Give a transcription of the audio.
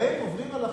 עוברים על החוק,